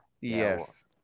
yes